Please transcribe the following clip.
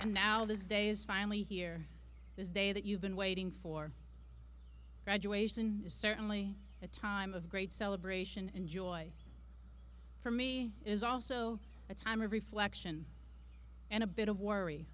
and now this day is finally here this day that you've been waiting for graduation is certainly a time of great celebration and joy for me is also a time of reflection and a bit of worry